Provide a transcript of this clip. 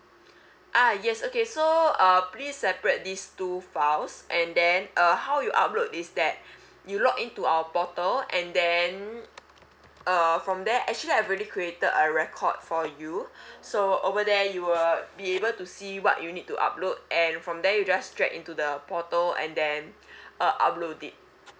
ah yes okay so uh please separate these two files and then uh how you upload is that you login to our portal and then uh from there actually I've already created a record for you so over there you will be able to see what you need to upload and from there you just drag into the portal and then uh upload it